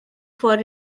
for